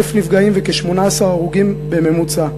1,000 נפגעים ו-18 הרוגים בממוצע.